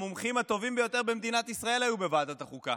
המומחים הטובים ביותר במדינת ישראל היו בוועדת החוקה.